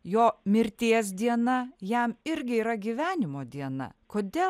jo mirties diena jam irgi yra gyvenimo diena kodėl